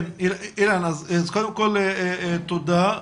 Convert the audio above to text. אילן קודם כל תודה.